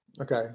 Okay